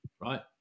right